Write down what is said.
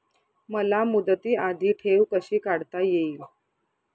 मला मुदती आधी ठेव कशी काढता येईल?